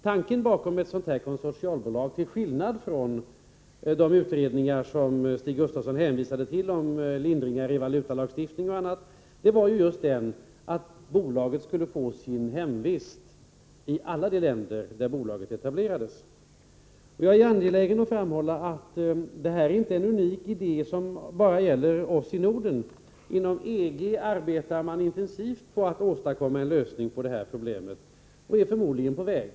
Tanken bakom ett konsortialbolag, till skillnad från vad som sagts i de utredningar om lindringar i valutalagstiftning och annat som Stig Gustafsson hänvisade till, var just att bolaget skulle få sin hemvist i alla de länder där bolaget etablerades. Jag är angelägen att framhålla att detta inte är någon unik idé, som bara gäller oss i Norden. Inom EG arbetar man intensivt på att åstadkomma en lösning på det här problemet, och man är förmodligen på väg.